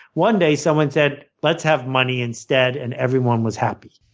one day someone said let's have money instead, and everyone was happy.